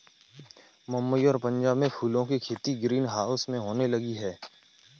मुंबई और पंजाब में फूलों की खेती ग्रीन हाउस में होने लगी है